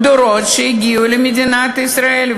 בדורות שהגיעו למדינת ישראל.